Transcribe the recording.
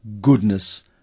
goodness